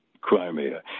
Crimea